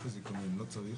יש אזיקונים לא צריך